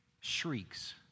shrieks